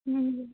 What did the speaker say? اۭں